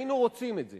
היינו רוצים את זה.